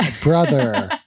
brother